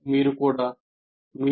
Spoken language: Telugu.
మీరు కూడా మీరే ఒక అంశంగా నేర్చుకోవాలి